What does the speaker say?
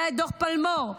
היה דוח פלמור,